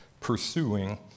pursuing